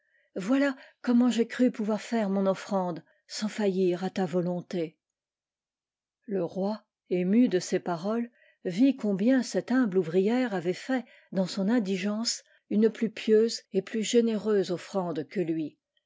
voilà comment j'ai cru pouvoir faire mon offrande sans faillir à ta volonté le roi ému de ces paroles vit combien cette humble ouvrière avait fait dans son indigence une plus pieuse et plus généreuse offrande que lui